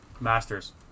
Masters